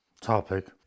topic